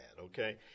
okay